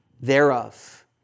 thereof